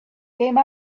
came